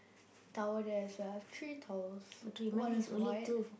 towel there as well I have three towels one is white